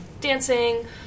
dancing